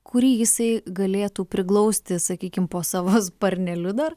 kurį jisai galėtų priglausti sakykim po savo sparneliu dar